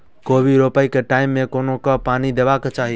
कोबी रोपय केँ टायम मे कोना कऽ पानि देबाक चही?